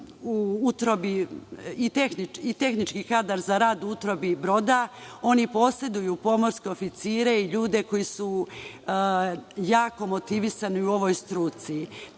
za tehnički rad u utrobi broda. Oni poseduju pomorske oficire i ljude koji su jako motivisani u ovoj struci. Takođe,